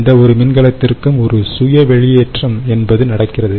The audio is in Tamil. எந்தவொரு மின்கலத்திற்கும் ஒரு சுய வெளியேற்றம் என்பது நடக்கிறது